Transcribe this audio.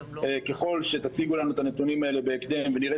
ככל שתציגו לנו את הנתונים האלה בהקדם ונראה